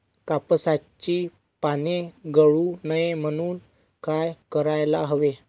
कापसाची पाने गळू नये म्हणून काय करायला हवे?